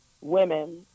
women